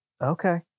Okay